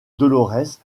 dolorès